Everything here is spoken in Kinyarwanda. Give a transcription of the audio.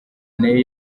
nayo